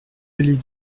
elie